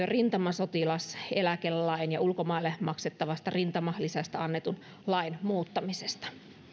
rintamasotilaseläkelain ja ulkomaille maksettavasta rintamalisästä annetun lain muuttamisesta